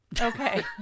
Okay